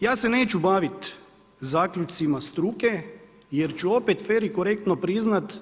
Ja se neću bavit zaključcima struke jer ću opet fer i korektno priznat